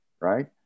right